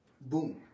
Boom